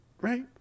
right